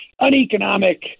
uneconomic